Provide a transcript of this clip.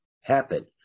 happen